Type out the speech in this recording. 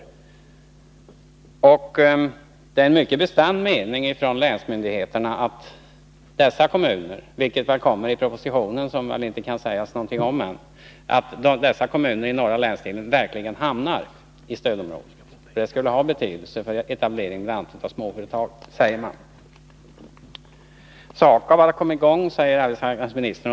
Länsmyndigheterna har den mycket bestämda meningen att dessa Värmlands län kommuner — vilket väl kommer i den proposition som det inte kan sägas någonting om ännu — i norra länsdelen verkligen bör hamna i stödområdet. Detta skulle ha betydelse för etablering av bl.a. småföretag, sägs det. SAKAB har kommit i gång, säger arbetsmarknadsministern.